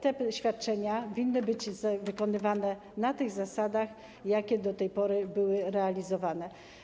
Te świadczenia winne być wykonywane na tych zasadach, jakie do tej pory były realizowane.